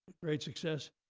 great success.